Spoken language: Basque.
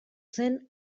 zen